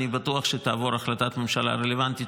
אני בטוח שתעבור החלטת ממשלה רלוונטית,